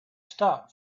stop